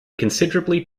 considerably